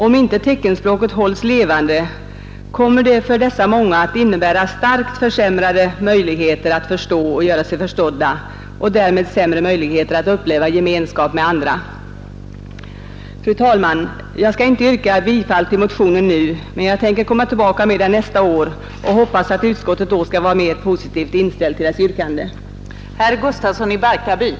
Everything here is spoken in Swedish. Om inte teckenspråket hålls levande kommer det för dessa många att innebära starkt försämrade möjligheter att förstå och göra sig förstådda och därmed sämre möjligheter att uppleva gemenskap med andra. Fru talman! Jag skall inte yrka bifall till motionen, men jag tänker komma tillbaka med den nästa år och hoppas att utskottet då skall vara mera positivt inställt till dess yrkande.